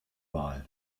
wahl